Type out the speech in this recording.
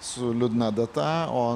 su liūdna data o